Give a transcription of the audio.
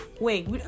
wait